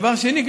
דבר שני,